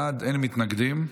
שבעה בעד, אין מתנגדים.